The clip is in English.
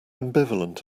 ambivalent